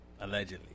allegedly